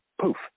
Poof